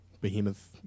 Behemoth